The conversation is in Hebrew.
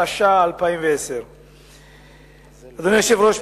התש"ע 2010. אדוני היושב-ראש,